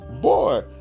boy